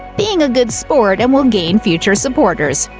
being a good sport and will gain future supporters.